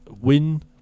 win